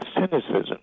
cynicism